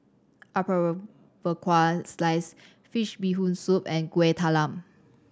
Apom Berkuah sliced fish Bee Hoon Soup and Kueh Talam